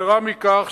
יתירה מכך,